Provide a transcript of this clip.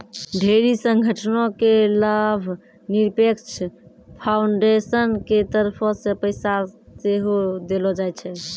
ढेरी संगठनो के लाभनिरपेक्ष फाउन्डेसन के तरफो से पैसा सेहो देलो जाय छै